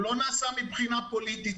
הוא לא נעשה מבחינה פוליטית.